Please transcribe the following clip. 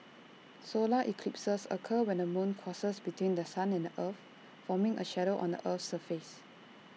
solar eclipses occur when the moon crosses between The Sun and the earth forming A shadow on the Earth's surface